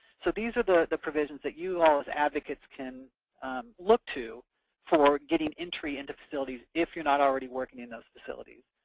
so these are the the provisions that you all as advocates can look to for getting entry into facilities if you're not already working in those facilities.